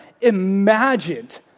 imagined